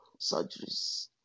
surgeries